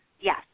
Yes